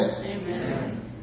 Amen